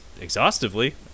exhaustively